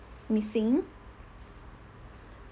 missing